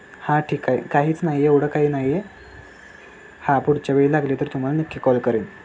हां ठीक आहे काहीच नाही आहे एवढं काही नाही आहे हा पुढच्या वेळी लागली तर तुम्हाला नक्की कॉल करेन